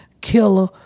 killer